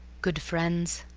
good friends,